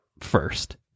first